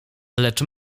lecz